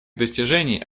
достижений